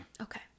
Okay